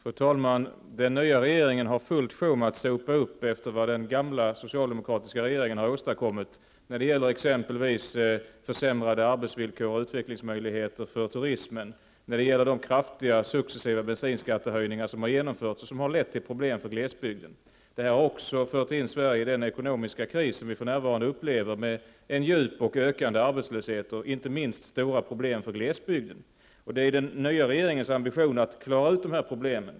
Fru talman! Den nya regeringen har fullt sjå med att sopa upp efter vad den gamla socialdemokratiska regeringen åstadkom. Det gäller t.ex. försämrade arbetsvillkor och utvecklingsmöjligheter för turismen och de kraftiga, successiva bensinskattehöjningar som genomförts och som har lett till problem för glesbygden. Det agerandet har fört Sverige in i den ekonomiska kris vi f.n. upplever med en djup och ökande arbetslöshet och, inte minst, stora problem för glesbygden. Det är den nya regeringens ambition att klara ut dessa problem.